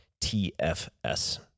tfs